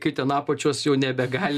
kai ten apačios jau nebegali